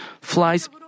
flies